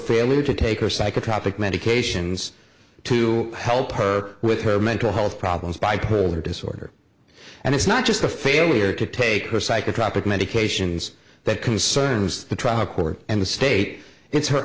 failure to take or psychotropic medications to help her with her mental health problems bipolar disorder and it's not just a failure to take her psychotropic medications that concerns the trial court and the state it's her